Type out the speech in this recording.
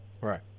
Right